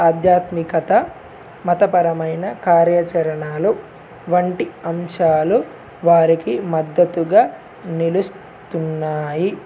ఆధ్యాత్మికత మతపరమైన కార్యచరణలు వంటి అంశాలు వారికి మద్దతుగా నిలుస్తున్నాయి